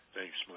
Thanks